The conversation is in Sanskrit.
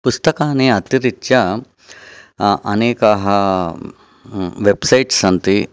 पुस्तकानि अतिरित्य अनेकाः वेब् सैट्स् सन्ति